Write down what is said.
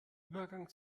übergang